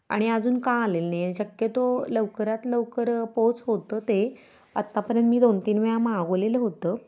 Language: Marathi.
आणि अजून का आलेलं नाही आहे शक्यतो लवकरात लवकर पोच होतं ते आत्तापर्यंत मी दोन तीन वेळा मागवलेलं होतं